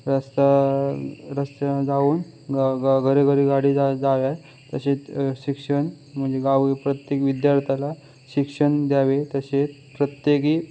रस्ता रस्ता जाऊन गावोगाव घरोघरी गाडी जा जाव्यात तसेच शिक्षण म्हणजे गावी प्रत्येक विद्यार्थ्याला शिक्षण द्यावे तसे प्रत्येकी